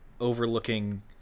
overlooking